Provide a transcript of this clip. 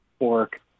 work